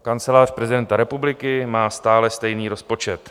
Kancelář prezidenta republiky má stále stejný rozpočet.